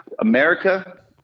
America